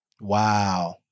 Wow